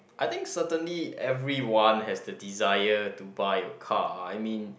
I think certainly everyone has the desire to buy a car I mean